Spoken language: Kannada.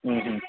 ಹ್ಞೂ ಹ್ಞೂ